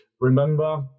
remember